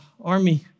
army